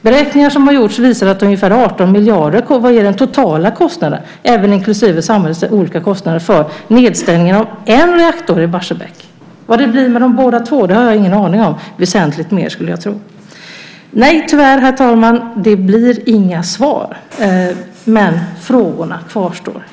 Beräkningar som har gjorts visar att den totala kostnaden för nedstängningen av en reaktor i Barsebäck är ungefär 18 miljarder, inklusive samhällets olika kostnader. Vad det blir för båda två har jag ingen aning om, men jag skulle tro att det blir väsentlig mer. Herr talman! Nej, tyvärr blir det inga svar, men frågorna kvarstår.